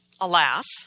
alas